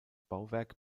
bauwerk